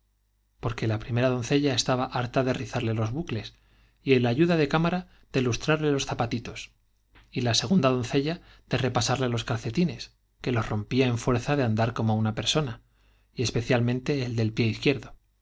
porque la primera doncella estaba harta de rizarle los hucles y el ayuda de cámara de lustrar le los zapa titos y la segunda doncella de repasarle los calcetines ñ que los rompía en fuerza de andar como una persona y especialmente el del pie izquierdo